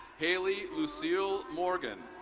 hayley lucille morgan.